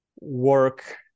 work